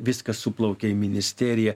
viskas suplaukė į ministeriją